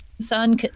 sun